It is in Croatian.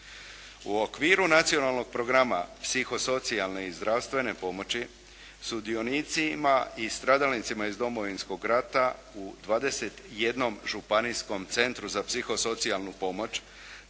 U okviru nacionalnog programa psihosocijalne i zdravstvene pomoći sudionicima i stradalnicima iz Domovinskog rata u 21 županijskom centru za psihosocijalnu pomoć